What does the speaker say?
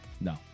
No